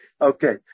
okay